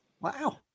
Wow